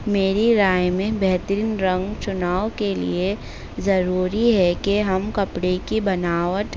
میری رائے میں بہترین رنگ چناؤ کے لیے ضروری ہے کہ ہم کپڑے کی بناوٹ